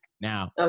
Now